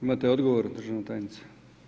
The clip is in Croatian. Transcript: Imate odgovor, državna tajnice?